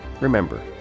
remember